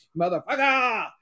Motherfucker